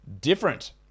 different